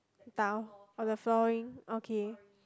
tile or the flooring okay